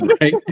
Right